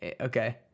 okay